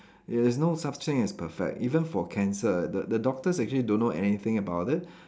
there is no such thing as perfect even for cancer the the doctors actually don't know anything about it